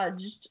judged